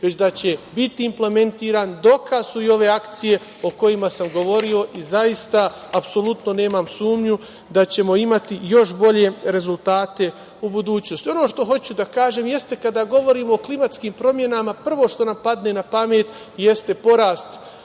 već da će biti implementiran. Dokaz su i ove akcije o kojima sam govorio. Zaista, apsolutno nemam sumnju da ćemo imati još bolje rezultate u budućnosti. Ono što hoću da kažem jeste kada govorimo o klimatskim promenama, prvo što nam padne na pamet jeste porast